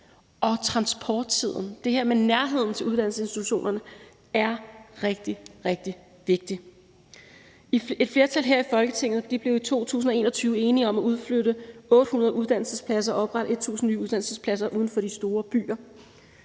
og transporttiden og det her med nærheden til uddannelsesinstitutionerne er rigtig, rigtig vigtigt. Et flertal her i Folketinget blev i 2021 enige om at udflytte 800 uddannelsespladser og at oprette 1.000 nye uddannelsespladser uden for de store byer.